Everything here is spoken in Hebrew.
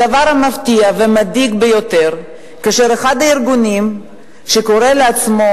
הדבר מפתיע ומדאיג ביותר כאשר אחד הארגונים שקורא לעצמו,